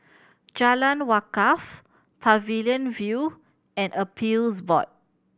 Jalan Wakaff Pavilion View and Appeals Board